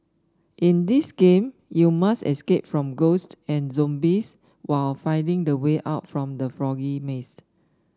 in this game you must escape from ghosts and zombies while finding the way out from the foggy maze